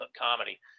comedy